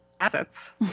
assets